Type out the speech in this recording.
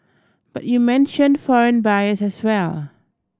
but you mentioned foreign buyers as well